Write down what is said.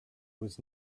was